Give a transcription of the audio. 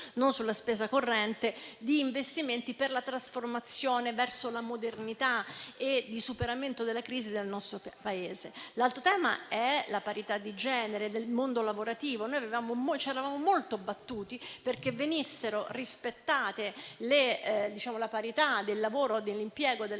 non sulla spesa corrente, ma per la trasformazione verso la modernità e di superamento della crisi del nostro Paese. L'altro tema riguarda la parità di genere nel mondo lavorativo: noi ci eravamo molto battuti perché venisse rispettata la parità del lavoro di uomini e donne con una